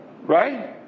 Right